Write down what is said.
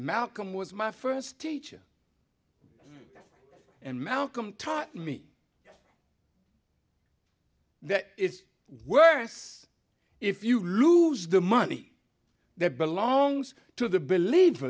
malcolm was my first teacher and malcolm taught me that it's worse if you lose the money that belongs to the believe